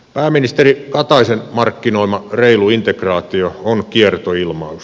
pääministeri kataisen markkinoima reilu integraatio on kiertoilmaus